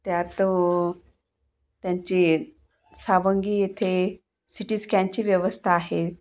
त्यात त्यांची सावंगी येथे सि टी स्कॅनची व्यवस्था आहे